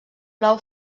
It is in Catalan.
blau